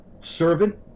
Servant